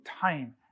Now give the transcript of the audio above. time